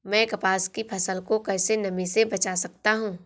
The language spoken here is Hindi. मैं कपास की फसल को कैसे नमी से बचा सकता हूँ?